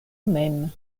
mem